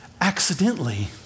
accidentally